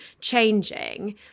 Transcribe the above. changing